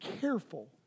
careful